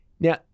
Now